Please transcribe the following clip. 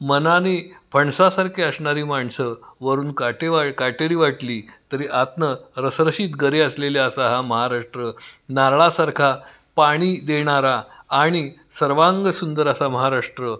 मनाने फणसासारखे असणारी माणसं वरून काटेवा काटेरी वाटली तरी आतून रसरशीत गरे असलेले असा हा महाराष्ट्र नारळासारखा पाणी देणारा आणि सर्वांगसुंदर असा महाराष्ट्र